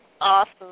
Awesome